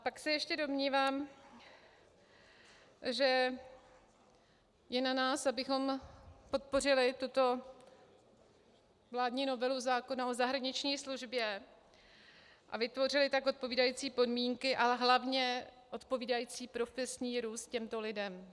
Pak se ještě domnívám, že je na nás, abychom podpořili tuto vládní novelu zákona o zahraniční službě a vytvořili tak odpovídající podmínky a hlavně odpovídající profesní růst těmto lidem.